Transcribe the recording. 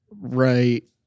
Right